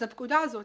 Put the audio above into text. אז הפקודה הזאת